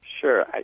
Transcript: Sure